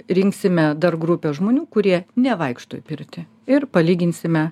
rinksime dar grupę žmonių kurie nevaikšto į pirtį ir palyginsime